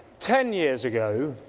ten years ago,